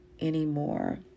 anymore